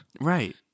Right